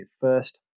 first